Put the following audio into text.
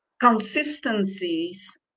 consistencies